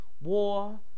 war